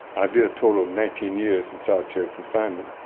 i did a total of nineteen years in solitary confinement